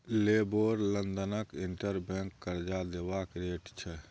LIBOR लंदनक inter bank करजा देबाक रेट छै